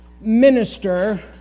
minister